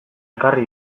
ekarri